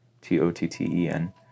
T-O-T-T-E-N